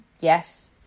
yes